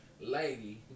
lady